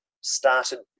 started